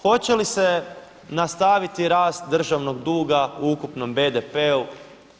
Hoće li se nastaviti rast državnog duga u ukupnom BDP-u?